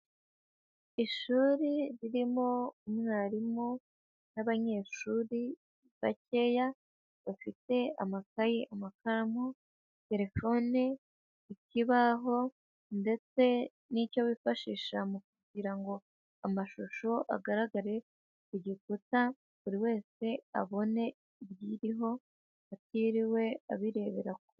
Ishuri ririmo umwarimu n'abanyeshuri bakeya, bafite amakayi, amakaramu, terefone, ikibaho, ndetse n'icyo bifashisha mu kugira ngo amashusho agaragare ku gikuta, buri wese abone ibiriho, atiriwe abirebera kure.